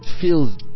feels